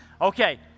Okay